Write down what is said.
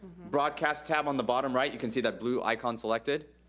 broadcast tab on the bottom right, you can see that blue icon selected.